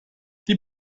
die